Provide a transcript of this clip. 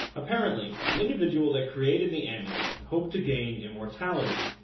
apparently, the individual that created the amulet hoped to gain immortality,